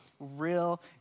real